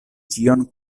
ĉion